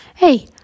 Hey